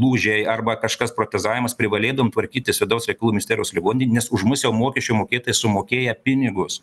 lūžiai arba kažkas protezavimas privalėdavom tvarkytis vidaus reikalų misterijos ligoninėj nes už mus jau mokesčių mokėtojai sumokėję pinigus